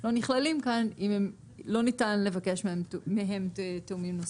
לא נכללים כאן אם לא ניתן לבקש מהם תיאומים נוספים.